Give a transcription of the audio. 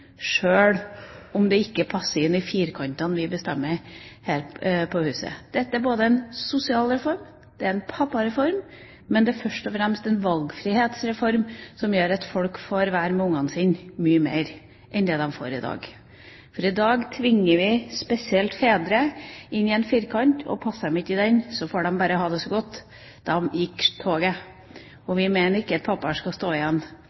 sjøl om det ikke passer inn i «firkantene» vi bestemmer her på huset. Dette er ikke bare en sosialreform og en pappareform, men først og fremst en valgfrihetsreform som gjør at folk får være sammen med barna sine mye mer enn de får i dag. For i dag tvinger vi spesielt fedre inn i en firkant, og passer de ikke inn i den, får de bare ha det så godt. Da gikk toget. Vi mener at pappaene ikke skal stå igjen